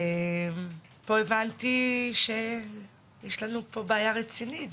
ופה הבנתי שיש לנו פה בעיה רצינית.